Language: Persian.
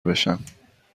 بشم